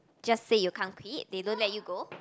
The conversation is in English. just say you can't quit they don't let you go